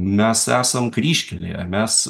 mes esam kryžkelėje mes